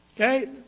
Okay